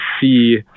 see